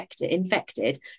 infected